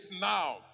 now